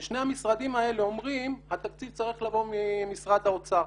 ושני המשרדים האלה אומרים שהתקציב צריך לבוא ממשרד האוצר.